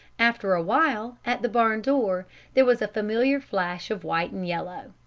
after a while, at the barn door there was a familiar flash of white and yellow.